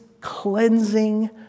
cleansing